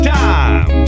time